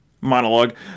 monologue